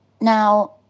Now